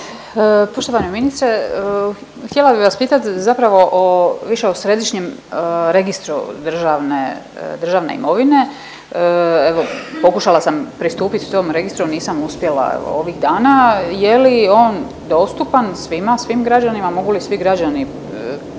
Poštovani ministre. Htjela bi vas pitat zapravo više o središnjem registru državne imovine, evo pokušala sam pristupit tom registru nisam uspjela evo ovih dana. Je li on dostupan svima, svim građanima, mogu li svi građani pristupit